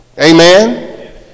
Amen